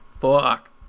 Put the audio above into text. fuck